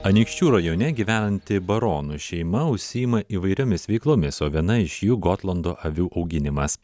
anykščių rajone gyvenanti baronų šeima užsiima įvairiomis veiklomis o viena iš jų gotlando avių auginimas